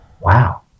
Wow